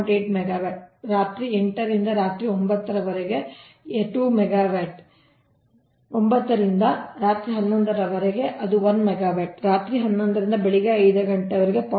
8 megawatt ರಾತ್ರಿ 8 ರಿಂದ ರಾತ್ರಿ 9 ರವರೆಗೆ 2 ಮೆಗಾವ್ಯಾಟ್ 9 ರಿಂದ ರಾತ್ರಿ 11 ರವರೆಗೆ ಅದು 1 ಮೆಗಾವ್ಯಾಟ್ ರಾತ್ರಿ 11 ರಿಂದ ಬೆಳಿಗ್ಗೆ 5 ಗಂಟೆಗೆ ಅದು 0